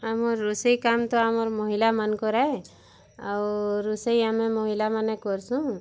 ଆମର୍ ରୋଷେଇ କାମ୍ ତ ଆମର ମହିଲାମାନ୍ କରେ ଆଉ ରୋଷେଇ ଆମେ ମହିଲାମାନେ କର୍ସୁ